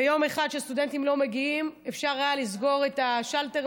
ביום שהסטודנטים לא מגיעים אפשר היה לסגור את השאלטר,